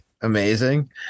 amazing